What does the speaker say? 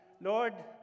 Lord